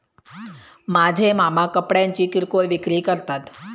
माझे मामा कपड्यांची किरकोळ विक्री करतात